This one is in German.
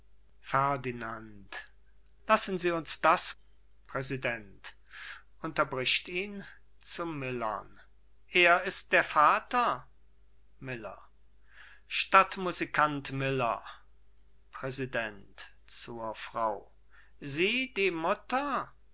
ferdinand lassen sie und das präsident unterbricht ihn zu millern er ist der vater miller stadtmusikant miller präsident zur frau sie die mutter